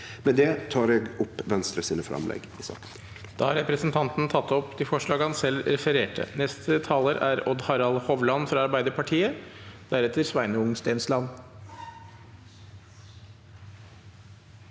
Med det tek eg opp Venstres framlegg